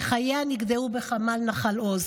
שחייה נגדעו בחמ"ל נחל עוז.